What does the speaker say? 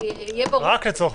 באמצעות